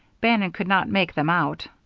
bannon could not make them out.